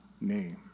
name